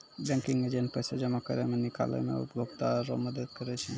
banking agent पैसा जमा करै मे, निकालै मे उपभोकता रो मदद करै छै